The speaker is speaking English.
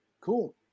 Cool